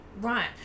right